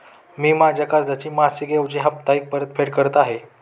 मी माझ्या कर्जाची मासिक ऐवजी साप्ताहिक परतफेड करत आहे